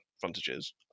frontages